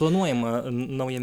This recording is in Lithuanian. planuojama nauja